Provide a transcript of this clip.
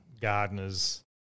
gardeners